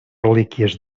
relíquies